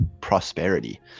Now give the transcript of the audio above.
prosperity